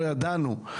לא ידענו,